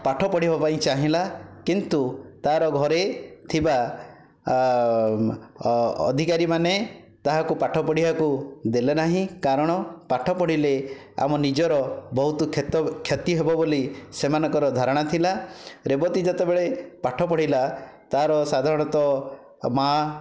ପାଠ ପଢ଼ିବ ପାଇଁ ଚାହିଁଲା କିନ୍ତୁ ତାର ଘରେ ଥିବା ଅଧିକାରୀମାନେ ତାହାକୁ ପାଠ ପଢ଼ିବାକୁ ଦେଲେ ନାହିଁ କାରଣ ପାଠ ପଢ଼ିଲେ ଆମ ନିଜର ବହୁତ କ୍ଷତ କ୍ଷତି ହେବ ବୋଲି ସେମାନଙ୍କର ଧାରଣା ଥିଲା ରେବତୀ ଯେତେବେଳେ ପାଠ ପଢ଼ିଲା ତାର ସାଧାରଣତଃ ମା'